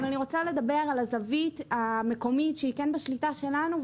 אבל אני רוצה לדבר על הזווית המקומית שהיא כן בשליטה שלנו,